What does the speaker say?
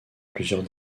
plusieurs